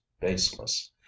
baseless